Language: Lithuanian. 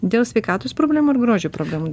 dėl sveikatos problemų ir grožio problemų